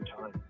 time